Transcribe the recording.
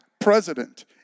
president